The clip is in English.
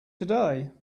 today